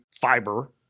fiber